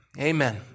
Amen